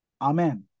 Amen